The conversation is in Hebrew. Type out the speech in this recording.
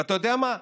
אתה יודע מה?